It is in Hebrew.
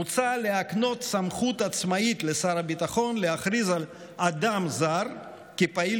מוצע להקנות סמכות עצמאית לשר הביטחון להכריז על "אדם זר" כפעיל